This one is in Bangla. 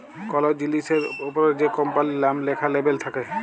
কল জিলিসের অপরে যে কম্পালির লাম ল্যাখা লেবেল থাক্যে